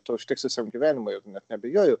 to užteks visam gyvenimui ir net neabejoju